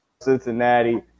Cincinnati